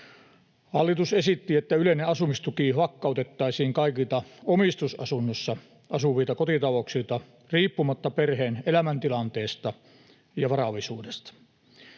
Hallitus esitti, että yleinen asumistuki lakkautettaisiin kaikilta omistusasunnossa asuvilta kotitalouksilta riippumatta perheen elämäntilanteesta ja varallisuudesta.